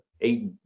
eight